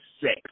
six